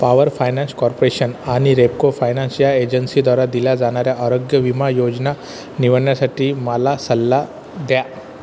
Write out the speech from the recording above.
power finance corporation आणि Repco finance या एजन्सीद्वारा दिल्या जाणाऱ्या आरोग्यविमा योजना निवडण्यासाठी मला सल्ला द्या